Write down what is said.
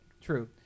True